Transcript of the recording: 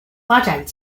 发展